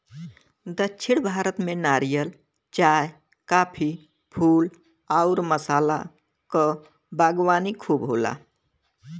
दक्षिण भारत में नारियल, चाय, काफी, फूल आउर मसाला क बागवानी खूब होला